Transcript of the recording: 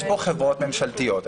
יש פה חברות ממשלתיות.